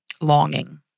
longing